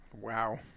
Wow